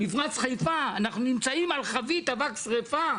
מפרץ חיפה, אנחנו נמצאים על חבית אבק שריפה.